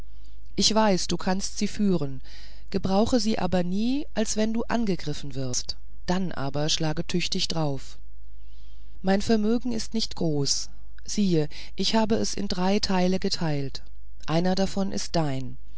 ich weiß du kannst sie führen gebrauche sie aber nie als wenn du angegriffen wirst dann aber schlage auch tüchtig drauf mein vermögen ist nicht groß siehe ich habe es in drei teile geteilt einer davon ist dein